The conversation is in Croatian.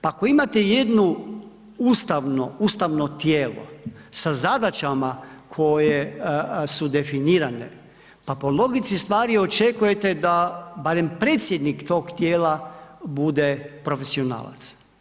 Pa ako imate jednu, ustavno, ustavno tijelo sa zadaćama koje su definirane pa po logici stvari očekujete da, barem predsjednik tog tijela bude profesionalac.